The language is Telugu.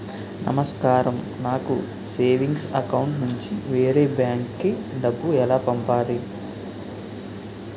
నమస్కారం నాకు సేవింగ్స్ అకౌంట్ నుంచి వేరే బ్యాంక్ కి డబ్బు ఎలా పంపాలి?